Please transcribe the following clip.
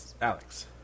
Alex